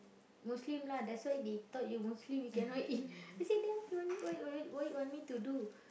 Muslim lah that's why they thought you Muslim you cannot eat then say then what what what you want me to do